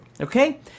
okay